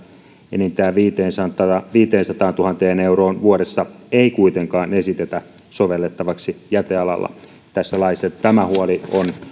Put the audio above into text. enintään viiteensataantuhanteen euroon vuodessa ei kuitenkaan esitetä sovellettavaksi jätealalla tässä laissa eli tämä huoli